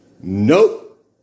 Nope